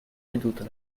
veduto